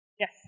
Yes